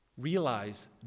Realize